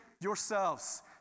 yourselves